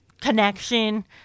connection